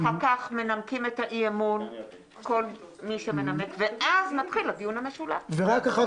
אחר כך מנמקים את האי-אמון ואז מתחיל הדיון המשולב ואחר